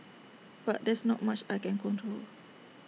but there's not much I can control